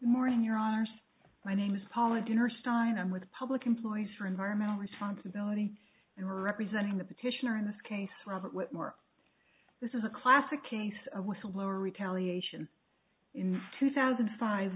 morning your honour's my name is paula deen her steinem with public employees for environmental responsibility and her representing the petitioner in this case robert whitmore this is a classic case a whistleblower retaliation in two thousand